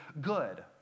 good